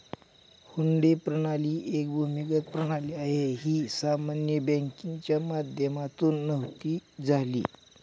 हुंडी प्रणाली एक भूमिगत प्रणाली आहे, ही सामान्य बँकिंगच्या माध्यमातून नव्हती झाली